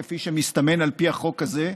כפי שמסתמן על פי החוק הזה,